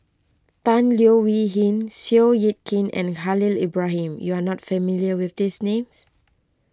Tan Leo Wee Hin Seow Yit Kin and Khalil Ibrahim you are not familiar with these names